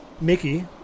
Mickey